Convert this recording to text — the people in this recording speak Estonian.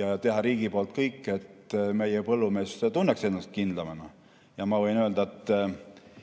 Tuleb teha riigi poolt kõik, et meie põllumees tunneks ennast kindlamana. Ma võin öelda, et